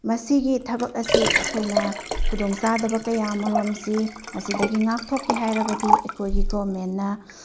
ꯃꯁꯤꯒꯤ ꯊꯕꯛ ꯑꯁꯤ ꯑꯩꯈꯣꯏꯅ ꯈꯨꯗꯣꯡ ꯆꯥꯗꯕ ꯀꯌꯥ ꯑꯃꯔꯣꯝꯁꯤ ꯃꯁꯤꯗꯒꯤ ꯉꯥꯛꯊꯣꯛꯀꯦ ꯍꯥꯏꯔꯕꯗꯤ ꯑꯩꯈꯣꯏꯒꯤ ꯒꯣꯚꯔꯟꯃꯦꯟꯅ